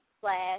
slash